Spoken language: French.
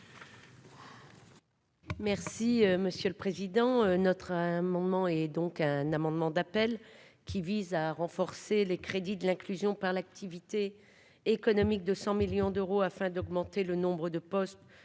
Merci monsieur le Président notre un moment et donc un amendement d'appel qui vise à renforcer les crédits de l'inclusion par l'activité économique de 100 millions d'euros afin d'augmenter le nombre de postes